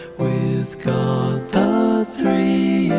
with god the three